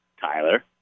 Tyler